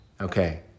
Okay